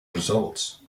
results